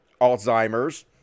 alzheimer's